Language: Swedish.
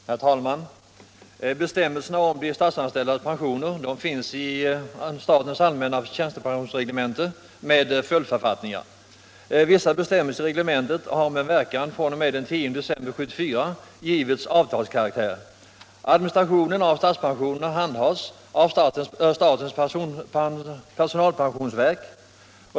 Herr talman! Bestämmelser om de statsanställdas pensioner finns i statens allmänna tjänstepensionsreglemente med följdförfattningar. Vissa bestämmelser i reglementet har med verkan fr.o.m. den 10 december 1974 givits avtalskaraktär. Administrationen av statspensionerna handhas av statens personalpensionsverk.